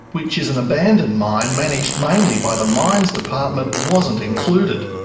which is an abandoned mine managed mainly by the mines department, wasn't included.